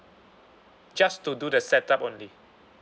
just to do the set up only